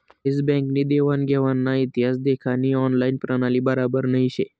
S Bank नी देवान घेवानना इतिहास देखानी ऑनलाईन प्रणाली बराबर नही शे